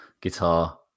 guitar